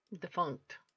defunct